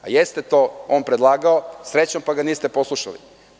Jeste to on predlagao, srećom pa ga niste poslušali.